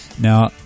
Now